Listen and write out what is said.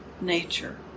nature